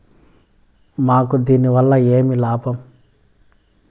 మాకు దీనివల్ల ఏమి లాభం